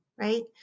right